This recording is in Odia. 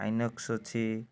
ଆଇନୋକ୍ସ ଅଛି